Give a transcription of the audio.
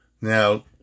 Now